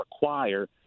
require